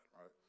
Right